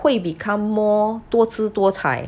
会 become more 多姿多彩